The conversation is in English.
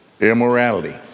immorality